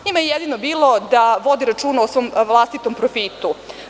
Njima je jedino bilo da vode računa osvom vlastitom profitu.